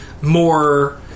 more